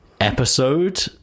episode